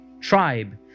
tribe